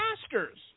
pastors